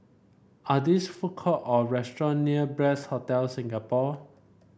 are there food court or restaurant near Bliss Hotel Singapore